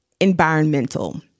environmental